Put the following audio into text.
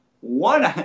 one